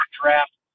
draft